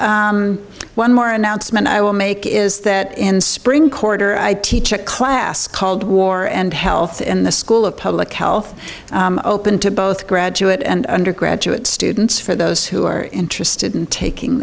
so one more announcement i will make is that in spring quarter i teach a class called war and health in the school of public health open to both graduate and undergraduate students for those who are interested in taking